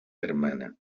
hermana